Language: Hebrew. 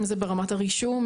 אם זה ברמת הרישום,